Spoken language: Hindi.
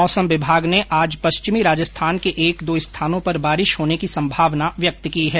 मौसम विभाग ने आज पश्चिमी राजस्थान के एक दो स्थानों पर बारिश होने की संभावना व्यक्त की है